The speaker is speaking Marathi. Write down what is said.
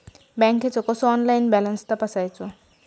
बँकेचो कसो ऑनलाइन बॅलन्स तपासायचो?